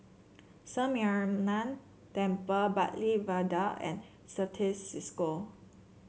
Sri Mariamman Temple Bartley Viaduct and Certis Cisco